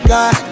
God